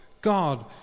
God